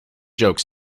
jokes